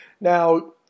Now